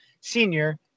senior